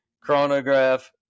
chronograph